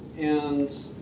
and